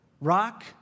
Rock